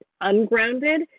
ungrounded